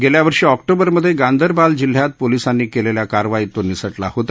गेल्यावर्षी ऑक्टोब्रिमध्ये गांदरबाल जिल्ह्यात पोलिसांनी केलेल्या कारवाईत तो निस क्रिा होता